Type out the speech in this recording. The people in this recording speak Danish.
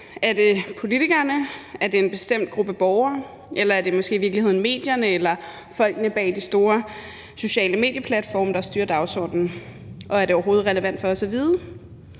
Er det politikerne, er det en bestemt gruppe borgere, eller er det måske i virkeligheden medierne, eller folkene bag de store sociale medieplatforme, der styrer dagsordenen? Og er det overhovedet relevant for os at vide?